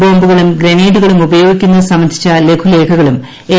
ബോംബുകളും ഗ്രനേഡുകളും ഉപയോഗ്ീക്കുന്നത് സംബന്ധിച്ചു ലഘുലേഖകളും എൻ